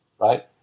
right